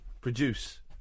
Produce